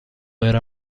era